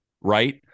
right